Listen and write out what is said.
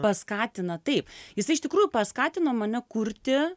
paskatina taip jisai iš tikrųjų paskatino mane kurti